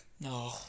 no